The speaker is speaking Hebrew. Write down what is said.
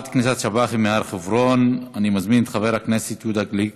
נעבור להצעות לסדר-היום בנושא: